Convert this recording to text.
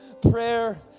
prayer